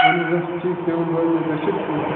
اَہن جظ آ ٹھیٖک تُہۍ بوٗزنٲوو تُہۍ چھِو ٹھیٖک